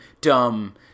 dumb